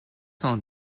cent